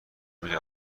میری